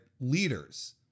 leaders